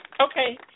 Okay